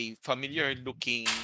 familiar-looking